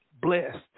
blessed